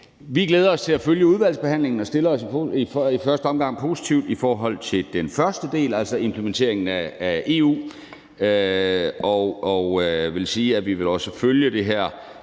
Vi glæder os til at følge udvalgsbehandlingen og stiller os i første omgang positivt i forhold til den første del, altså implementeringen af EU's vejpakke. Og jeg vil sige, at vi også vil følge det her